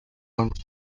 und